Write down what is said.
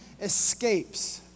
escapes